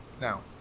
Now